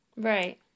Right